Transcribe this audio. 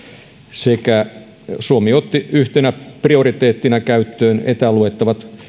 sekä suomi otti yhtenä prioriteettina käyttöön etäluettavat